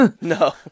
No